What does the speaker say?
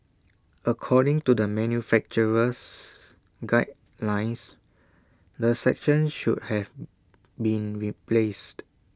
according to the manufacturer's guidelines the section should have been replaced